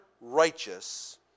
righteous